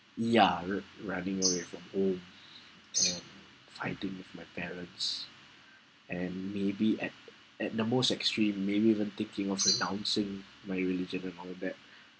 ya r~ running away from home and hiding with my parents and maybe at at the most extreme maybe even thinking of renouncing my religion and all that